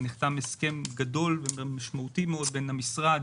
נחתם הסכם גדול ומשמעותי מאוד בין המשרד